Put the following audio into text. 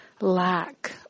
lack